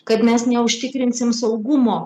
kad mes neužtikrinsim saugumo